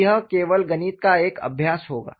तब यह केवल गणित का एक अभ्यास है